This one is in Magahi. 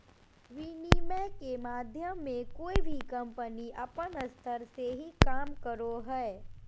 विनिमय के माध्यम मे कोय भी कम्पनी अपन स्तर से ही काम करो हय